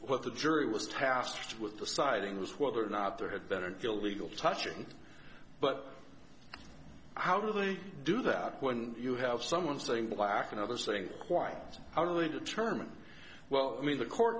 what the jury was tasked with deciding was whether or not there had better deal legal touching but how do they do that when you have someone saying black another saying quiet i really determine well i mean the court